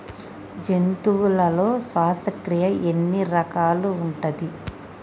జంతువులలో శ్వాసక్రియ ఎన్ని రకాలు ఉంటది?